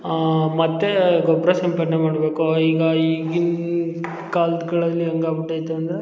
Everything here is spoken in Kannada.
ಆಂ ಮತ್ತು ಗೊಬ್ಬರ ಸಿಂಪಡನೆ ಮಾಡಬೇಕು ಈಗ ಈಗಿನ ಕಾಲ್ದ್ಗಲ್ಲಿ ಹೆಂಗಾಗ್ಬಿಟ್ಟೈತೆ ಅಂದರೆ